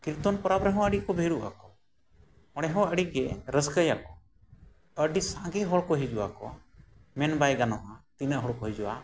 ᱠᱤᱨᱛᱚᱱ ᱯᱚᱨᱚᱵᱽ ᱨᱮᱦᱚᱸ ᱟᱹᱰᱤ ᱜᱮᱠᱚ ᱵᱷᱤᱲᱚᱜᱼᱟᱠᱚ ᱚᱸᱰᱮᱦᱚᱸ ᱟᱹᱰᱤᱜᱮ ᱨᱟᱹᱥᱠᱟᱹᱭᱟᱠᱚ ᱟᱹᱰᱤ ᱥᱟᱸᱜᱮ ᱦᱚᱲᱠᱚ ᱦᱤᱡᱩᱜ ᱟᱠᱚ ᱢᱮᱱ ᱵᱟᱭ ᱜᱟᱱᱚᱜᱼᱟ ᱛᱤᱱᱟᱹᱜ ᱦᱚᱲᱠᱚ ᱦᱤᱡᱩᱜᱼᱟ